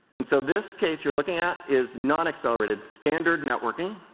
and so this case you are looking at is non-accelerated standard networking.